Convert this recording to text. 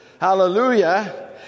hallelujah